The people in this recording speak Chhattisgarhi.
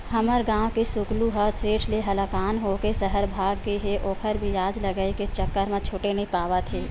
हमर गांव के सुकलू ह सेठ ले हलाकान होके सहर भाग गे हे ओखर बियाज लगई के चक्कर म छूटे नइ पावत हे